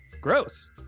gross